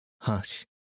Hush